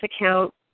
account